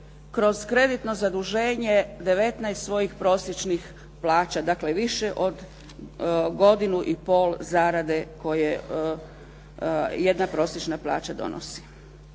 kroz kreditno zaduženje 19 svojih prosječnih plaća, dakle više od godinu i pol zarade koju jedna prosječna plaća donosi.